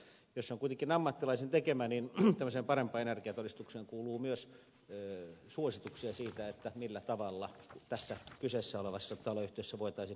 jos se on kuitenkin ammattilaisen tekemä niin tämmöiseen parempaan energiatodistukseen kuuluu myös suosituksia siitä millä tavalla tässä kyseessä olevassa taloyhtiössä voitaisiin energiatehokkuutta parantaa